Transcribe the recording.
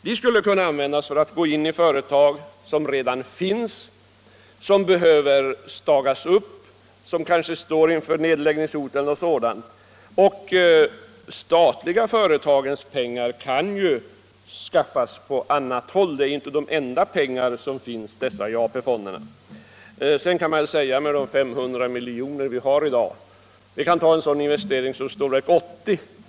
Man skulle kunna använda dem för att gå in i företag som redan finns, som behöver stagas upp, som kanske står inför nedläggningshot. De statliga företagens pengar kan ju skaffas på annat sätt. Det som finns i AP-fonderna är inte de enda pengarna. : Beträffande de 500 milj.kr. vi har i dag kan man nämna en sådan investering som i Stålverk 80.